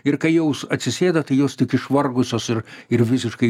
ir kai jau atsisėda tai jos tik išvargusios ir ir visiškai